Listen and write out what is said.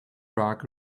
rug